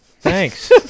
thanks